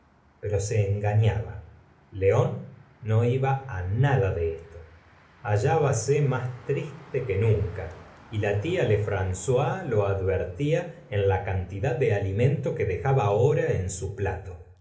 pero se engañaba león no iba nada de esto hallbase más triste que nunca y la tía lefrancois lo advertía en la cantidad de alimento que dejaba ahora en su plato